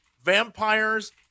Vampires